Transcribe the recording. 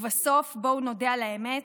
ובסוף בואו נודה על האמת: